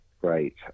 great